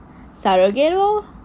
surrogate lor